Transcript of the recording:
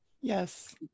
Yes